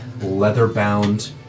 leather-bound